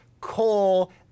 coal